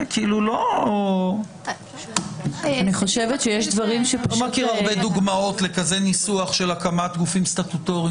אני לא מכיר הרבה דוגמאות לניסוח כזה של הקמת גופים סטטוטוריים.